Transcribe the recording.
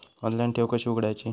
Online ठेव कशी उघडायची?